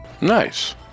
Nice